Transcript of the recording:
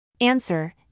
Answer